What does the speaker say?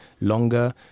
longer